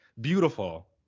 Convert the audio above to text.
beautiful